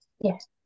Yes